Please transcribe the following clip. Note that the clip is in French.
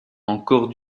encore